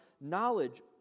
knowledge